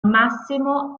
massimo